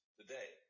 today